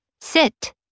sit